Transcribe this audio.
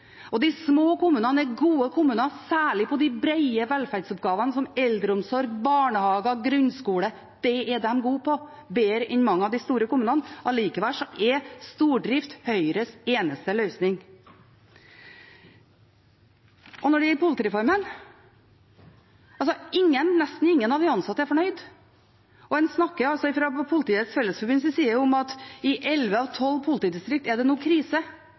Og de små kommunene er gode kommuner, særlig på de brede velferdsoppgavene, som eldreomsorg, barnehage, grunnskole – det er de gode på, bedre enn mange av de store kommunene. Allikevel er stordrift Høyres eneste løsning. Når det gjelder politireformen, er nesten ingen av de ansatte fornøyd. En snakker fra Politiets Fellesforbunds side om at i elleve av tolv politidistrikter er det nå krise.